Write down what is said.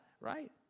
right